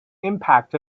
impact